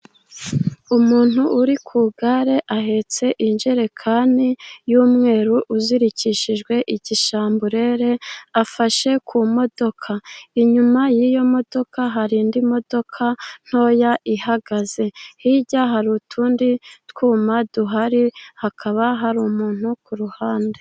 Umuntu uri ku igare, ahetse injerekani y'umweru, izirikishijwe igishamburerere, afashe ku modoka inyuma y'iyo modoka, hari indi modoka ntoya, ihagaze hirya, hari utundi twuma duhari, hakaba hari umuntu ku ruhande.